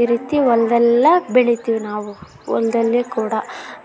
ಈ ರೀತಿ ಹೊಲ್ದಲ್ಲೆಲ್ಲ ಬೆಳಿತೀವಿ ನಾವು ಹೊಲ್ದಲ್ಲಿ ಕೂಡ